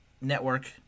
network